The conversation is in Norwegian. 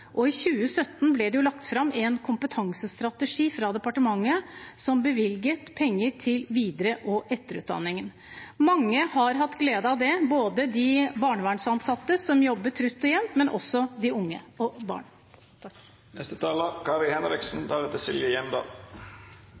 og i 2017 ble det lagt fram en kompetansestrategi fra departementet som bevilget penger til videre- og etterutdanning. Mange har hatt glede av det, både de barnevernsansatte som jobber jevnt og trutt, og også de unge og